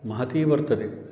महती वर्तते